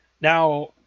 Now